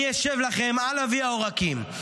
אני אשב לכם על אבי העורקים,